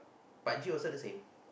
but actually also the same